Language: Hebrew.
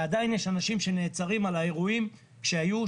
ועדיין יש אנשים שנעצרים על האירועים שהיו,